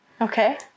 Okay